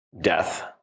death